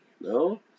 No